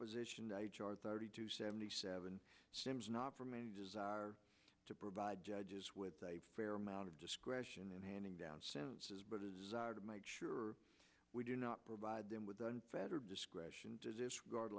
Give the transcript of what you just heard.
position h r thirty two seventy seven sims not from a desire to provide judges with a fair amount of discretion in handing down sentences but is are to make sure we do not provide them with the better discretion to disregard